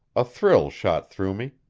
a thrill shot through me.